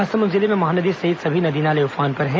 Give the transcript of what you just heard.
महासमुंद जिले में महानदी सहित सभी नदी नाले उफान पर हैं